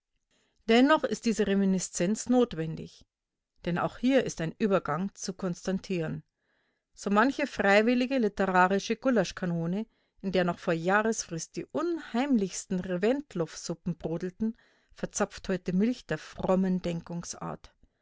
dennoch ist diese reminiszenz notwendig denn auch hier ist ein übergang zu konstatieren so manche freiwillige literarische goulaschkanone in der noch vor jahresfrist die unheimlichsten reventlow-suppen brodelten verzapft heute milch der frommen denkungsart